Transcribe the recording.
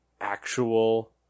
actual